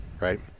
right